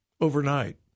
overnight